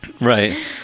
Right